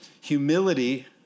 Humility